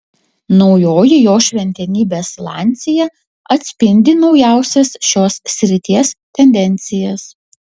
naujoji jo šventenybės lancia atspindi naujausias šios srities tendencijas